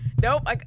Nope